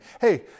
Hey